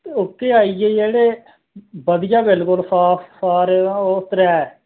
ते ओह्के आई गे जेह्ड़े बधिया बिल्कुल साफ सारे ता ओह् त्रै